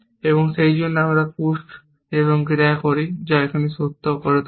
এবং সেইজন্য আমি পুসড এবং ক্রিয়া করি যা এটিকে সত্য করে তুলবে